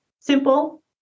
simple